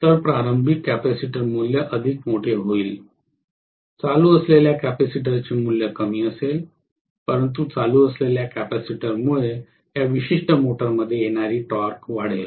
तर प्रारंभिक कॅपेसिटर मूल्य अधिक मोठे होईल चालू असलेल्या कॅपेसिटरचे मूल्य कमी असेल परंतु चालू असलेल्या कॅपेसिटरमुळे या विशिष्ट मोटरमध्ये येणारी टॉर्क वाढेल